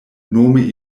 nome